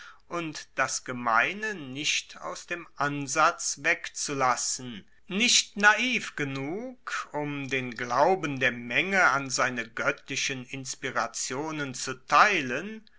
und das gemeine nicht aus dem ansatz wegzulassen nicht naiv genug um den glauben der menge an seine goettlichen inspirationen zu teilen